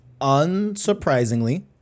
unsurprisingly